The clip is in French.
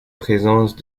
présence